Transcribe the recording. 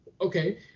Okay